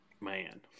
Man